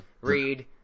read